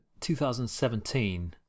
2017